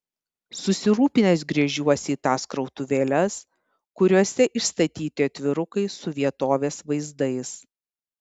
susirūpinęs gręžiuosi į tas krautuvėles kuriose išstatyti atvirukai su vietovės vaizdais